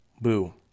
Boo